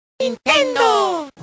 NINTENDO